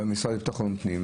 במשרד לביטחון הפנים,